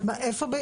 איפה?